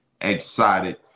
excited